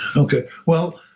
okay, well,